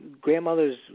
grandmothers